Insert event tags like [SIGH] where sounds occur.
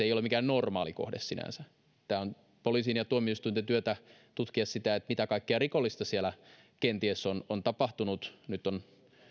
[UNINTELLIGIBLE] ei ole mikään normaali kohde sinänsä on poliisin ja tuomioistuinten työtä tutkia sitä mitä kaikkea rikollista siellä kenties on on tapahtunut nyt on